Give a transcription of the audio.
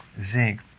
zinc